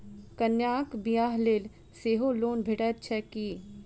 कन्याक बियाह लेल सेहो लोन भेटैत छैक की?